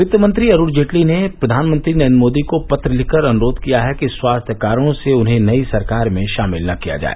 वित्तमंत्री अरूण जेटली ने प्रधानमंत्री नरेन्द्र मोदी को पत्र लिखकर अनुरोध किया है कि स्वास्थ्य कारणों से उन्हें नई सरकार में शामिल न किया जाए